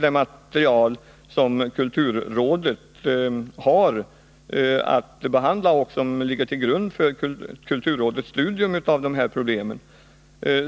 Denna fråga finns nämligen medi det material som ligger till grund för kulturrådets studium av dessa problem.